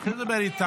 הוא התחיל לדבר איתם,